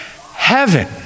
heaven